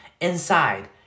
inside